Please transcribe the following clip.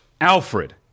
Alfred